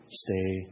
stay